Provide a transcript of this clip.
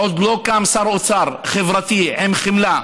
עוד לא קם שר אוצר חברתי עם חמלה.